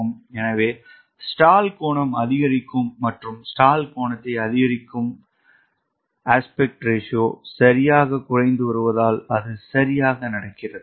எனவே ஸ்டால் கோணம் அதிகரிக்கும் மற்றும் ஸ்டால் கோணத்தை அதிகரிக்கும் விகித விகிதம் சரியாக குறைந்து வருவதால் அது சரியாக நடக்கிறது